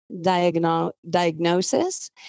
diagnosis